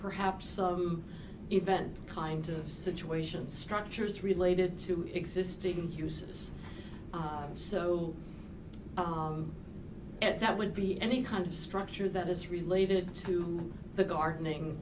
perhaps some event kind of situation structures related to existing hughes's so at that would be any kind of structure that is related to the gardening